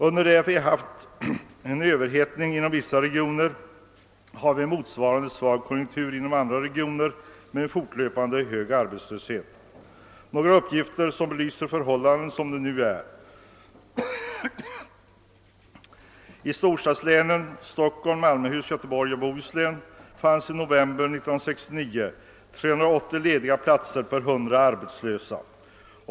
Under det att vi haft en överhettning inom vissa regioner har det inom andra regioner varit en svag konjunktur med en fortsatt hög arbetslöshet. Några upp gifter belyser hur förhållandena för närvarande är. I storstadslänen, d. v. s. Stockholms, Malmöhus samt Göteborgs och Bohus län, fanns i november 1969 380 lediga platser per 100 arbetslösa.